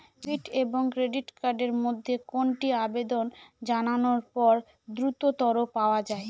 Debit এবং credit card এর মধ্যে কোনটি আবেদন জানানোর পর দ্রুততর পাওয়া য়ায়?